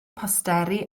posteri